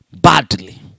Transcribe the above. badly